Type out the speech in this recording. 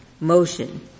motion